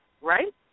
right